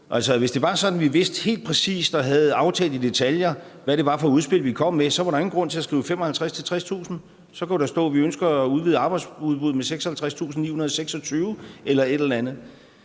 at vi vidste helt præcist og havde aftalt i detaljer, hvad det var for udspil, vi kom med, var der jo ingen grund til at skrive 55.000-60.000. Så kunne der stå, at vi ønsker at udvide arbejdsudbuddet med 56.926 eller et eller andet.